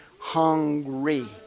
hungry